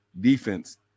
defense